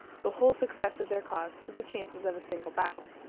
the whole success of their cause to the chances of a single battle.